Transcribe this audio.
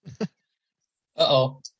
Uh-oh